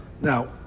Now